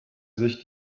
sich